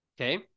Okay